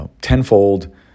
tenfold